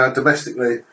domestically